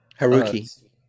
haruki